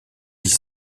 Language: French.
dix